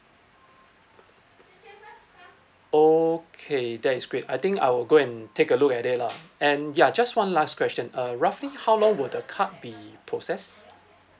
okay that is great I think I will go and take a look at that lah and ya just one last question uh roughly how long will the card be processed